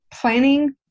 planning